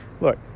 Look